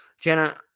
jenna